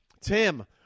Tim